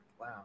Wow